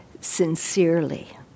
sincerely